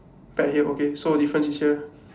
bet here okay so difference is here